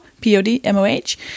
P-O-D-M-O-H